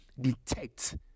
detect